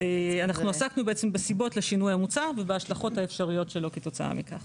אנחנו עסקנו בסיבות לשינוי המוצע ובהשלכות האפשריות שלו כתוצאה מכך.